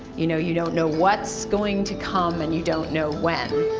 you know, you don't know what's going to come and you don't know when.